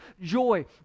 joy